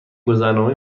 گذرنامه